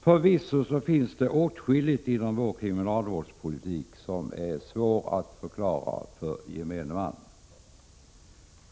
Förvisso finns det åtskilligt inom vår kriminalvårdspolitik som är svårt att förklara för gemene man.